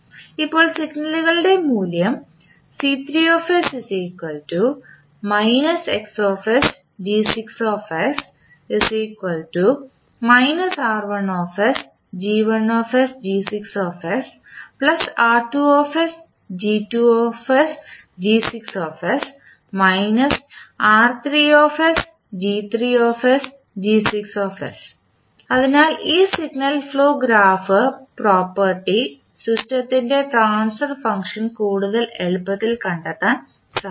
ഇപ്പോൾ സിഗ്നലുകളുടെ മൂല്യം അതിനാൽ ഈ സിഗ്നൽ ഫ്ലോ ഗ്രാഫ് പ്രോപ്പർട്ടി സിസ്റ്റത്തിൻറെ ട്രാൻസ്ഫർ ഫംഗ്ഷൻ കൂടുതൽ എളുപ്പത്തിൽ കണ്ടെത്താൻ സഹായിക്കും